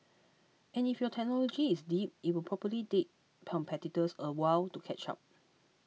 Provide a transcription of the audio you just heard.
and if your technology is deep it will probably take competitors a while to catch up